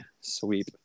sweep